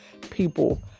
People